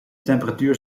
temperatuur